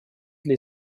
для